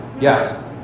Yes